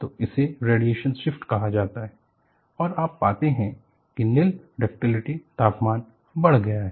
तो इसे radiation shift कहा जाता है और आप पाते हैं कि निल डक्टिलिटी ट्रांजिशन तापमान बढ़ गया है